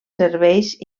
serveis